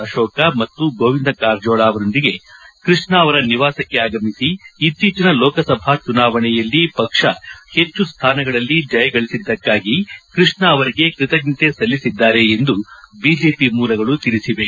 ಅಶೋಕ್ ಮತ್ತು ಗೋವಿಂದ ಕಾರಜೋಳ ಅವರೊಂದಿಗೆ ಕೃಷ್ಣ ಅವರ ನಿವಾಸಕ್ಕೆ ಆಗಮಿಸಿ ಇತ್ತೀಚಿನ ಲೋಕಸಭಾ ಚುನಾವಣೆಯಲ್ಲಿ ಪಕ್ಷ ಹೆಚ್ಚು ಸ್ಥಾನಗಳಲ್ಲಿ ಜಯಗಳಿಸಿದ್ದಕ್ಕಾಗಿ ಕೃಷ್ಣ ಅವರಿಗೆ ಕೃತಜ್ಞತೆ ಸಲ್ಲಿಸಿದ್ದಾರೆ ಎಂದು ಬಿಜೆಪಿ ಮೂಲಗಳು ತಿಳಿಸಿವೆ